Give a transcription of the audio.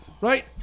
Right